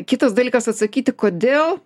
kitas dalykas atsakyti kodėl